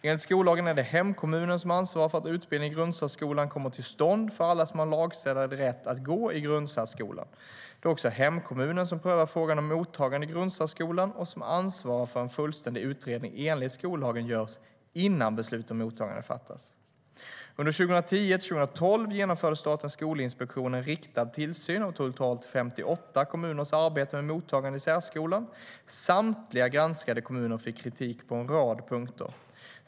Enligt skollagen är det hemkommunen som ansvarar för att utbildning i grundsärskolan kommer till stånd för alla som har lagstadgad rätt att gå i grundsärskolan. Det är också hemkommunen som prövar frågan om mottagande i grundsärskolan och som ansvarar för att en fullständig utredning enligt skollagen görs innan beslut om mottagande fattas. Under 2010-2012 genomförde Statens skolinspektion en riktad tillsyn av totalt 58 kommuners arbete med mottagandet i särskolan. Samtliga granskade kommuner fick kritik på en rad punkter.